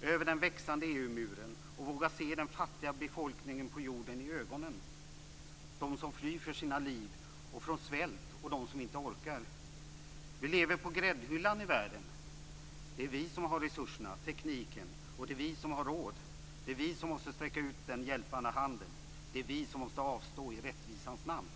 över den växande EU muren och våga se den fattiga befolkningen på jorden i ögonen, dem som flyr för sina liv från svält och dem som inte orkar. Vi lever på gräddhyllan i världen. Det är vi som har resurserna, tekniken, och det är vi som har råd. Det är vi som måste sträcka ut den hjälpande handen. Det är vi som måste avstå i rättvisans namn.